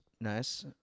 Nice